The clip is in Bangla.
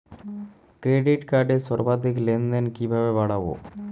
ক্রেডিট কার্ডের সর্বাধিক লেনদেন কিভাবে বাড়াবো?